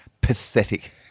pathetic